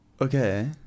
okay